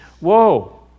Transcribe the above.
whoa